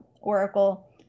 oracle